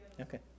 Okay